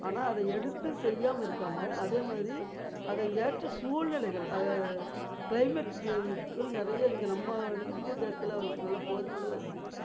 ஆனால் அதை எடுத்து செய்யாமல் இருக்காங்க அதே மாதிரி அது ஏற்ற சூழ்நிலைகள் அதை கிளைமேட் நிறைய நம்ம இந்தியா தேசத்தில் போதுமானதாக இருக்குது